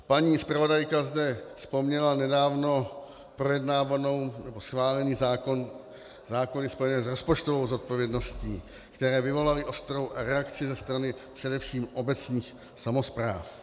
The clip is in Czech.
Paní zpravodajka zde vzpomněla nedávno projednávané nebo schválené zákony spojené s rozpočtovou odpovědností, které vyvolaly ostrou reakci ze strany především obecních samospráv.